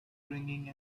ringing